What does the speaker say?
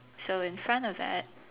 so in front of that